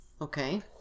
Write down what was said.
Okay